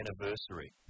anniversary